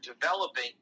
developing